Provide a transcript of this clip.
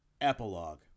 Epilogue